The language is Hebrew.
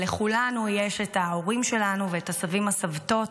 אבל לכולנו יש את ההורים שלנו ואת הסבים הסבתות.